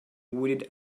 wooded